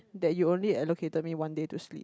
that you only allocated me one day to sleep